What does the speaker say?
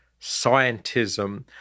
scientism